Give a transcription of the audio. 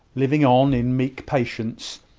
living on, in meek patience,